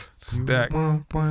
stack